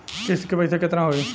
किस्त के पईसा केतना होई?